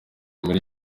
muri